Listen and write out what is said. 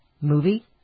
movie